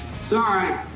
sorry